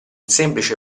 semplice